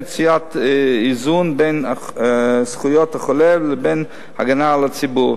מציאת איזון בין זכויות החולה לבין הגנה על הציבור.